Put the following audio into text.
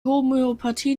homöopathie